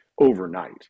overnight